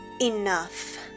Enough